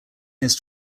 his